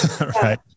Right